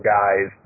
guys